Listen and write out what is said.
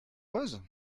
heureuse